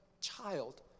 child